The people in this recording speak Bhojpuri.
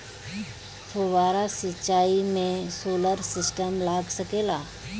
फौबारा सिचाई मै सोलर सिस्टम लाग सकेला?